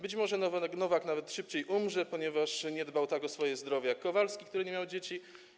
Być może Nowak nawet szybciej umrze, ponieważ nie dbał tak o swoje zdrowie jak Kowalski, który nie miał dzieci.